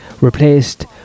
Replaced